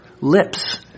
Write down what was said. lips